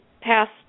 passed